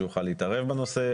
שהוא יוכל להתערב בנושא,